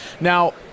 Now